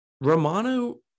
Romano